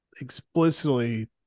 explicitly